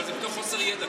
אבל זה מתוך חוסר ידע,